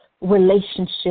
relationship